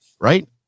right